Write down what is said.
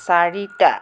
চাৰিটা